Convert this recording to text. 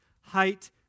height